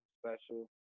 special